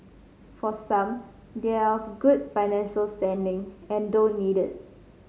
for some they are of a good financial standing and they don't need it